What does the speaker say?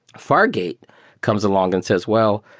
fargate comes along and says, well,